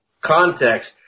context